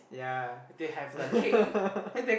yeah